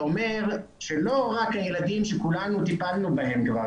זה אומר שלא רק הילדים שכולנו טיפלנו בהם כבר,